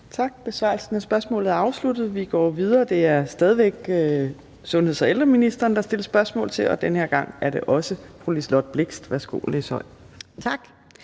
Tak. Besvarelsen af spørgsmålet er afsluttet, og vi går videre. Det er stadig væk sundheds- og ældreministeren, der stilles spørgsmål til, og denne gang er det også stillet af fru Liselott